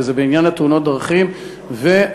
וזה בעניין תאונות הדרכים והתמיכה,